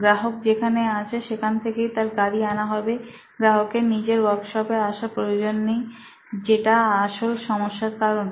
গ্রাহক যেখানে আছে সেখান থেকেই তার গাড়ি আনা হবে গ্রাহকের নিজের ওয়ার্কশপে আসার প্রয়োজন নেই যেটা আসল সমস্যা কারণ